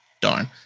darn